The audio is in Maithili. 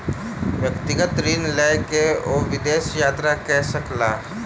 व्यक्तिगत ऋण लय के ओ विदेश यात्रा कय सकला